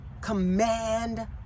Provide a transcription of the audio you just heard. command